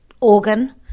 organ